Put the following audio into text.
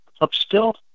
Upstill